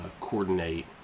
coordinate